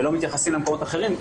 ולא מתייחסים למקומות אחרים,